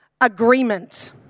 agreement